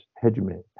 hegemony